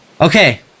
Okay